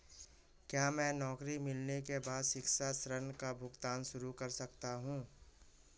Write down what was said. क्या मैं नौकरी मिलने के बाद शिक्षा ऋण का भुगतान शुरू कर सकता हूँ?